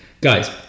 Guys